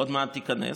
עוד מעט היא תיכנס.